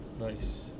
Nice